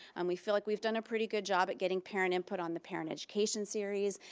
and we feel like we've done a pretty good job of getting parent input on the parent education series.